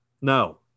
No